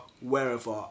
wherever